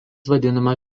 vadinama